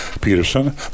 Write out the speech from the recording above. Peterson